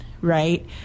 right